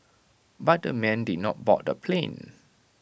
but the men did not board the plane